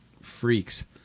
freaks